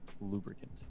lubricant